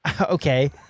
Okay